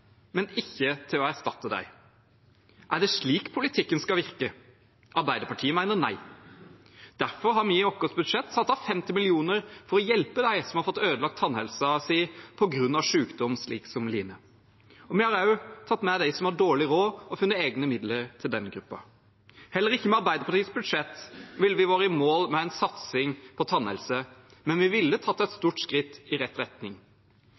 men ikke til å erstatte dem. Er det slik politikken skal virke? Arbeiderpartiet mener nei. Derfor har vi i vårt budsjett satt av 50 mill. kr for å hjelpe dem som har fått ødelagt tannhelsen sin på grunn av sykdom, slik som Line. Vi har også tatt med dem som har dårlig råd, og funnet egne midler til den gruppen. Heller ikke med Arbeiderpartiets budsjett ville vi vært i mål med en satsing på tannhelse, men vi ville tatt et stort skritt i rett retning.